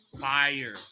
Fire